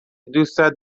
دوستت